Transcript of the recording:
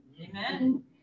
Amen